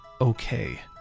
okay